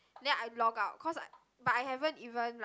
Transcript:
then I logged out cause I but I haven't even like